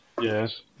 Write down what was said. Yes